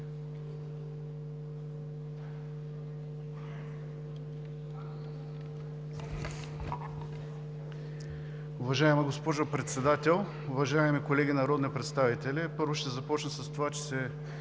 Уважаема госпожо Председател, уважаеми колеги народни представители! Първо, ще започна с това, че се